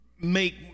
make